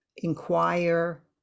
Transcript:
inquire